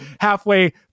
halfway